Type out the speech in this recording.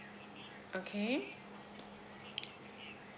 okay